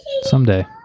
Someday